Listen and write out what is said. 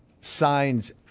signs